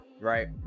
right